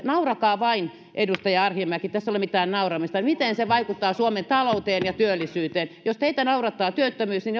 naurakaa vain edustaja arhinmäki ei tässä ole mitään nauramista miten se vaikuttaa suomen talouteen ja työllisyyteen jos teitä naurattaa työttömyys niin